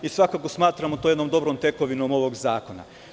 Svakako to smatramo jednom dobrom tekovinom ovog zakona.